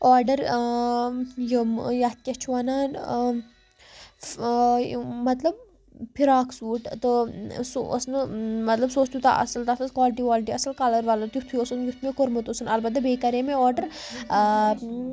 order یِم یَتھ کیٛاہ چھُ وَنان مطلب فِراک سوٗٹ تہٕ سُہ اوس نہٕ مطلب سُہ اوس تیوٗتاہ اَصٕل تَتھ ٲس کالٹی والٹی اَصٕل کَلَر وَلَر تیُٚتھُے اوسم یُتھ مےٚ کوٚرمُت اوسُن البتہ بیٚیہِ کَرے مےٚ آرڈر